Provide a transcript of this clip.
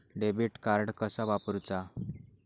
Debit card कसा वापरुचा?